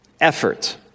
effort